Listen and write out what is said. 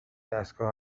دستگاه